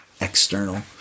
external